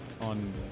on